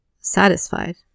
satisfied